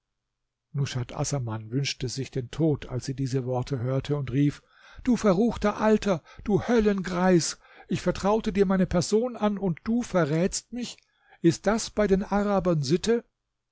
nushat assaman wünschte sich den tod als sie diese worte hörte und rief du verruchter alter du höllengreis ich vertraute dir meine person an und du verrätst mich ist das bei den arabern sitte